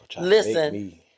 listen